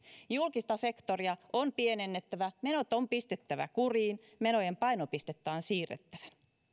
julkista sektoria on pienennettävä menot on pistettävä kuriin menojen painopistettä on siirrettävä